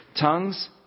tongues